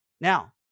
Now